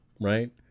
right